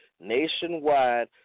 Nationwide